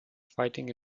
fighting